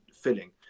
filling